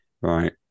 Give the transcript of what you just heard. Right